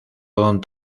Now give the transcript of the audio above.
don